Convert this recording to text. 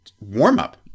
warm-up